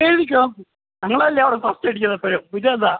എഴുതിക്കോളൂ ഞങ്ങളല്ലയോ അവിടെ ഫസ്റ്റടിക്കുന്നതെപ്പോഴും പിന്നെയെന്താ